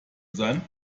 sein